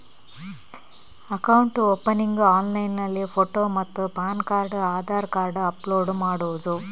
Account opening ಆನ್ಲೈನ್ನಲ್ಲಿ photo ಮತ್ತು PAN card Aadhaar card upload ಮಾಡುವುದು?